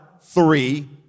three